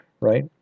Right